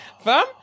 Fam